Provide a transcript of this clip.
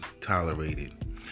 tolerated